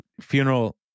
funeral